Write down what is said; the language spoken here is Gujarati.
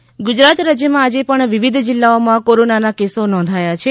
કોરોના અપડેટ ગુજરાત રાજ્યમાં આજે પણ વિવિધ જિલ્લાઓમાં કોરોનાના કેસો નોંધાયા છે